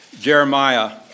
Jeremiah